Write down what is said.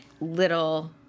little